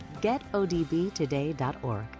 getodbtoday.org